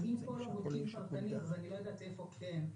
אז אם פה לא בודקים פרטנית, אני לא יודעת איפה כן.